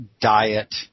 diet